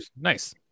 Nice